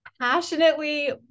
passionately